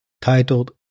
titled